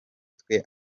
twe